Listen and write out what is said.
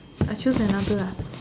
I choose another lah